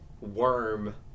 worm